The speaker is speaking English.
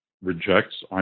rejects